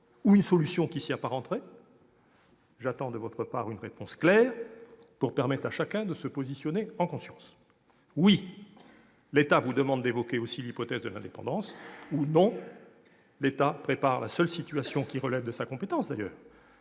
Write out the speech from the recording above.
ou une solution qui s'y apparenterait ? J'attends de votre part une réponse claire, pour permettre à chacun de se positionner en conscience : oui, l'État vous demande d'évoquer aussi l'hypothèse de l'indépendance ; ou non, l'État prépare la seule situation qui relève de sa compétence, le